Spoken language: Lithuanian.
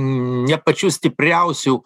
ne pačių stipriausių